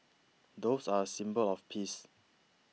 doves are a symbol of peace